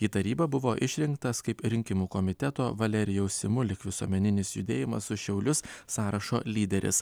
į tarybą buvo išrinktas kaip rinkimų komiteto valerijaus simulik visuomeninis judėjimas už šiaulius sąrašo lyderis